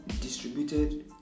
distributed